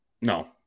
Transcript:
no